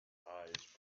eyes